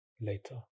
Later